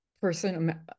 person